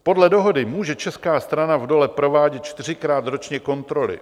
Podle dohody může česká strana v dole provádět čtyřikrát ročně kontroly.